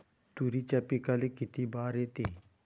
तुरीच्या पिकाले किती बार येते?